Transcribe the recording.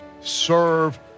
serve